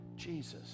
Jesus